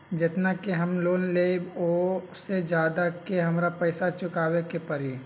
जेतना के हम लोन लेबई ओ से ज्यादा के हमरा पैसा चुकाबे के परी?